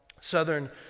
Southern